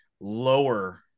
lower